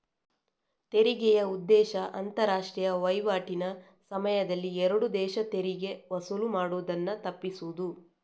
ತೆರಿಗೆಯ ಉದ್ದೇಶ ಅಂತಾರಾಷ್ಟ್ರೀಯ ವೈವಾಟಿನ ಸಮಯದಲ್ಲಿ ಎರಡು ದೇಶ ತೆರಿಗೆ ವಸೂಲು ಮಾಡುದನ್ನ ತಪ್ಪಿಸುದು